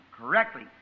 Correctly